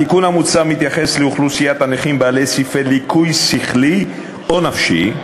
התיקון המוצע מתייחס לאוכלוסיית הנכים בעלי סעיפי ליקוי שכלי או נפשי,